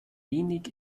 wenig